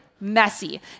messy